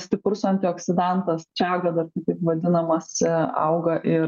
stiprus antioksidantas čega dar kitaip vadinamas auga ir